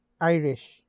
Irish